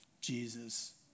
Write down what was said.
Jesus